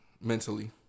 mentally